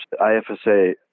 IFSA